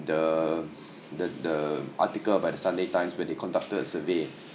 the the the article by the sunday times where they conducted a survey